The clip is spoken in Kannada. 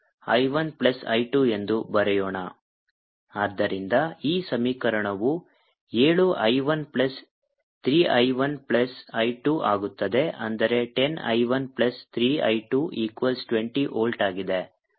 II1I27I13I1I220V 10I13I220 V ಆದ್ದರಿಂದ ಈ ಸಮೀಕರಣವು ಏಳು I 1 plus 3 I 1 plus I 2 ಆಗುತ್ತದೆ ಅಂದರೆ 10 I 1 plus 3 I 2 equals 20 volt ಆಗಿದೆ